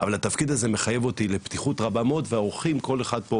אבל התפקיד הזה מחייב אותי לפתיחות רבה מאוד והאורחים כל אחד פה,